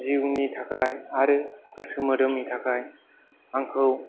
जिउनि थाखाय आरो गोसो मोदोमनि थाखाय आंखौ